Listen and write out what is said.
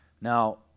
now